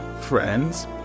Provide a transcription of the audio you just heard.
friends